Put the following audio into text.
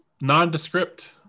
nondescript